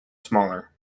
smaller